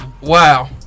wow